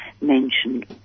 mentioned